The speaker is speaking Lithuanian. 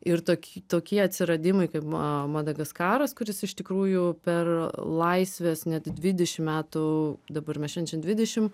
ir tok tokie atsiradimai kaip ma madagaskaras kuris iš tikrųjų per laisvės net dvidešim metų dabar mes švenčiam dvidešim